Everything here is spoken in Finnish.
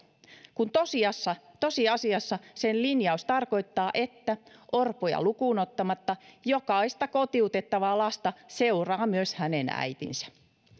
kun tosiasiassa tosiasiassa sen linjaus tarkoittaa että orpoja lukuun ottamatta jokaista kotiutettavaa lasta seuraa myös hänen äitinsä